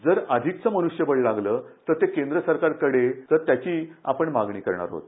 जर अधिक मनुष्यबळ लागलं तर ते केंद्र सरकारकडे तर त्याची आपण मागणी करणार आहोत